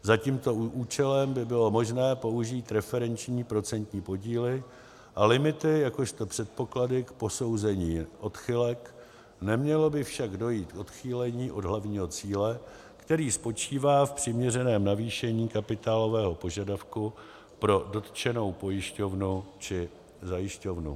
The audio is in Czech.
Za tímto účelem by bylo možné použít referenční procentní podíly a limity jakožto předpoklady k posouzení odchylek, nemělo by však dojít k odchýlení od hlavního cíle, který spočívá v přiměřeném navýšení kapitálového požadavku pro dotčenou pojišťovnu či zajišťovnu.